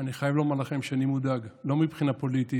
אני חייב לומר לכם שאני מודאג, לא מבחינה פוליטית,